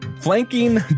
flanking